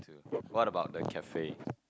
what about the cafe